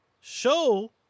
show